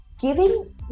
Giving